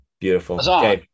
Beautiful